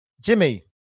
Jimmy